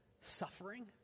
suffering